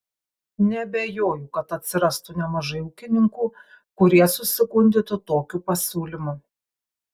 neabejoju kad atsirastų nemažai ūkininkų kurie susigundytų tokiu pasiūlymu